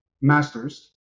master's